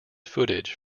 footage